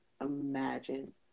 imagine